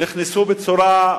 נכנסו בצורה,